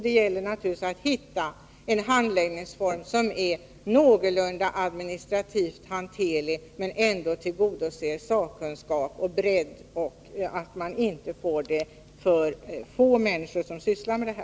Det gäller naturligtvis att hitta en handläggningsform som är någorlunda administrativt hanterlig och ändå tillgodoser sakkunskap och bredd, så att det inte blir alltför få människor som sysslar med detta.